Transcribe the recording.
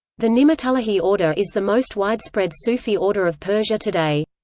the ni'matullahi order is the most widespread sufi order of persia today.